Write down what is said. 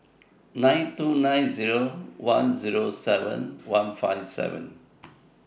nine two nine Zero one Zero seven one five seven